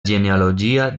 genealogia